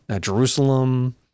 Jerusalem